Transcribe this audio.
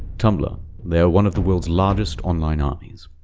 tumblr they are one of the world's largest online armies.